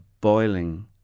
boiling